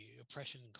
oppression